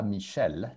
Michel